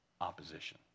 opposition